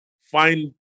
find